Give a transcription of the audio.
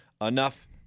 enough